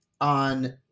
on